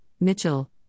Mitchell